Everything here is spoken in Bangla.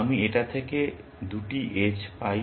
আমি এটা থেকে 2 টি এজ পাই